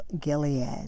Gilead